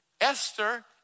Esther